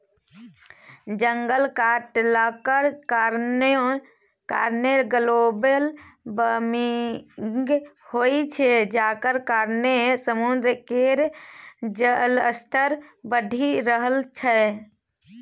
जंगल कटलाक कारणेँ ग्लोबल बार्मिंग होइ छै जकर कारणेँ समुद्र केर जलस्तर बढ़ि रहल छै